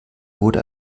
wurde